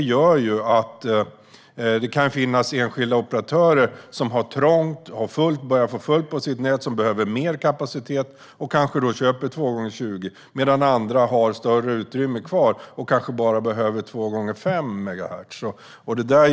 Det kan finnas enskilda operatörer som börjar få fullt i sitt nät och behöver mer kapacitet och då kanske köper 2 gånger 20, medan andra har större utrymme kvar och kanske bara behöver 2 gånger 5 megahertz.